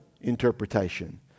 interpretation